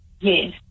Yes